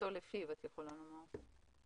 למען לפניות הציבור בכל הנוגע לאופן מתן השירות מרחוק.